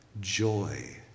joy